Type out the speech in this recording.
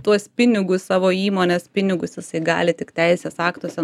tuos pinigus savo įmonės pinigus jisai gali tik teisės aktuose